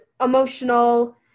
emotional